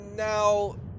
Now